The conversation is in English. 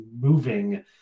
moving